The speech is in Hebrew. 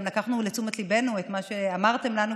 גם לקחנו לתשומת ליבנו את מה שאמרתם לנו,